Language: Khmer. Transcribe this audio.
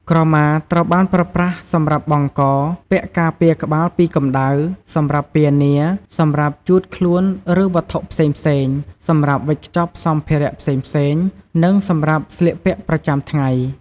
ក្រមាត្រូវបានប្រើប្រាស់សម្រាប់បង់ក ពាក់ការពារក្បាលពីកម្ដៅ សម្រាប់ពានា សម្រាប់ជូតខ្មួនឬវត្ថុផ្សេងៗ សម្រាប់វេចខ្ចប់សម្ភារៈផ្សេងៗ និងសម្រាប់ស្លៀកពាក់ប្រចាំថ្ងៃ។